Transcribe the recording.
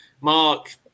Mark